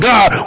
God